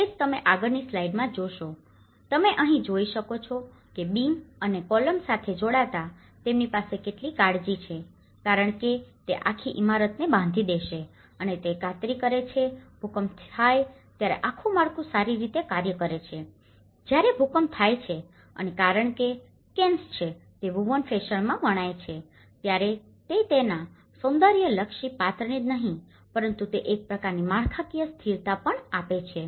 તે જ તમે આગળની સ્લાઈડમાં જોશો તમે અહીં જોઈ શકો છો કે બીમ અને કોલમ સાથે જોડાતા તેમની પાસે કેટલી કાળજી છે કારણ કે તે આખી ઇમારતને બાંધી દેશે અને તે ખાતરી કરે છે ભૂકંપ થાય ત્યારે આખુ માળખું સારી રીતે કાર્ય કરે છે જ્યારે ભૂકંપ થાય છે અને કારણ કે કેન્સ છે તે વુંવન ફેશનમાં વણાય છે ત્યારે તે તેના સૌંદર્યલક્ષી પાત્રને જ નહીં પરંતુ તે એક પ્રકારની માળખાકીય સ્થિરતા પણ આપે છે